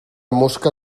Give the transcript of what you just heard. mosca